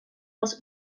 els